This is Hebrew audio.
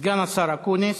סגן השר אקוניס,